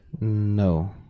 No